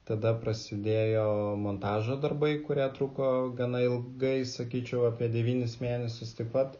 tada prasidėjo montažo darbai kurie truko gana ilgai sakyčiau apie devynis mėnesius taip pat